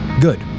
good